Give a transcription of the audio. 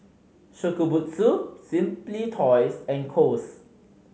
Shokubutsu Simply Toys and Kose